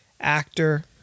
actor